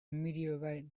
meteorite